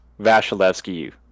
Vasilevsky